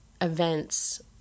events